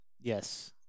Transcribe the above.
Yes